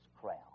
crown